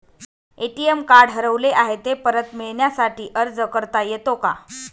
ATM card हरवले आहे, ते परत मिळण्यासाठी अर्ज करता येतो का?